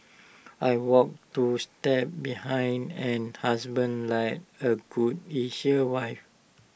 I walk two steps behind an husband like A good Asian wife